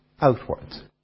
outwards